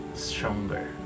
stronger